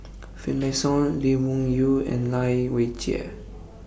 Finlayson Lee Wung Yew and Lai Weijie